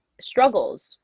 struggles